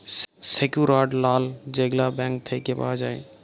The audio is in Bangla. সেক্যুরড লল যেগলা ব্যাংক থ্যাইকে পাউয়া যায়